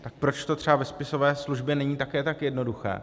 Tak proč to třeba ve spisové službě není také tak jednoduché?